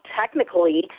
technically